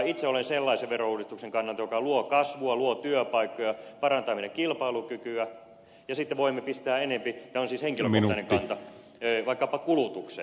itse olen sellaisen verouudistuksen kannalla joka luo kasvua luo työpaikkoja parantaa meidän kilpailukykyämme ja sitten voimme pistää enempi tämä on siis henkilökohtainen kantani vaikkapa kulutukseen